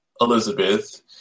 Elizabeth